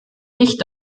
nicht